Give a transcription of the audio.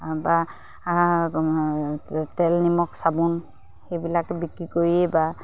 বা তেল নিমখ চাবোন সেইবিলাক বিক্ৰী কৰিয়েই বা